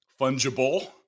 Fungible